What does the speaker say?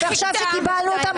עכשיו שקיבלנו אותם,